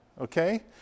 okay